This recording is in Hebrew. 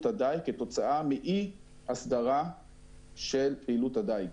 הדייג כתוצאה מאי הסדרה של פעילות הדייג.